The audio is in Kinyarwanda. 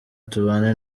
tubane